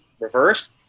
reversed